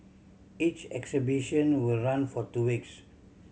each exhibition will run for two weeks